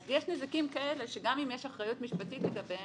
אז יש נזיקין כאלה שגם אם יש אחריות משפטית לגביהם,